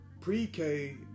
pre-K